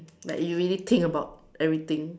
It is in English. like you really think about everything